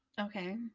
Okay